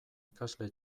ikasle